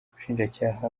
ubushinjacyaha